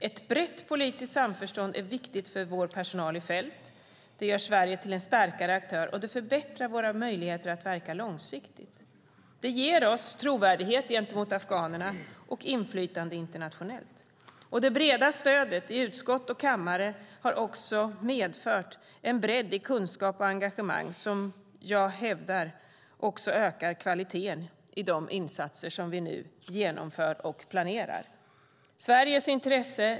Ett brett politiskt samförstånd är viktigt för vår personal i fält, gör Sverige till en starkare aktör och förbättrar våra möjligheter att verka långsiktigt. Det ger oss trovärdighet gentemot afghanerna och inflytande internationellt. Det breda stödet i utskott och kammare har medfört en bredd i kunskap och engagemang som jag hävdar ökar kvaliteten i de insatser som vi nu genomför och planerar.